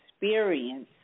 experience